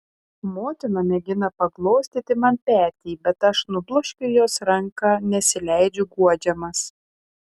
motina mėgina paglostyti man petį bet aš nubloškiu jos ranką nesileidžiu guodžiamas